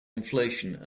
inflation